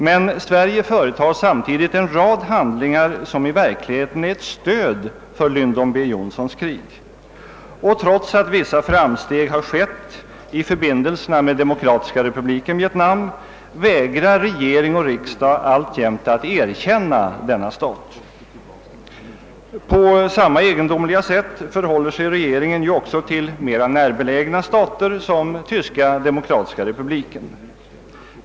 Men Sverige företar samtidigt en rad handlingar, som i verkligheten är ett stöd för Lyndon B. Johnsons krig. Trots att vissa framsteg har skett i förbindelserna med Demokratiska republiken Vietnam vägrar regering och riksdag alltjämt att erkänna denna stat. På samma egendomliga sätt förhåller sig regeringen också till mer närbelägna stater som Tyska Demokratiska Republiken.